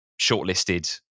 shortlisted